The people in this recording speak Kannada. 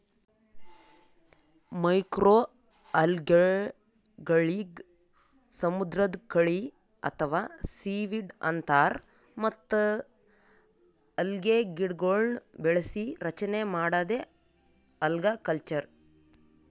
ಮೈಕ್ರೋಅಲ್ಗೆಗಳಿಗ್ ಸಮುದ್ರದ್ ಕಳಿ ಅಥವಾ ಸೀವೀಡ್ ಅಂತಾರ್ ಮತ್ತ್ ಅಲ್ಗೆಗಿಡಗೊಳ್ನ್ ಬೆಳಸಿ ರಚನೆ ಮಾಡದೇ ಅಲ್ಗಕಲ್ಚರ್